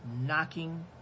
knocking